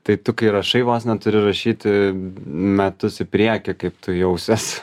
tai tu kai rašai vos ne turi rašyti metus į priekį kaip tu jausies